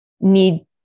need